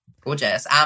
Gorgeous